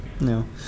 No